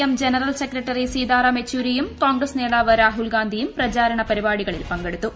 M general secretary Sitaram യച്ചൂരിയും കോൺഗ്ര്സ് നേതാവ് രാഹുൽ ഗാന്ധിയും പ്രചാരണ പരിപ്പാടികളിൽ പങ്കെടുത്തു